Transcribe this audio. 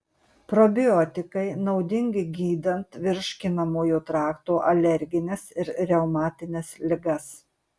probiotikai naudingi gydant virškinamojo trakto alergines ir reumatines ligas